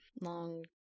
Long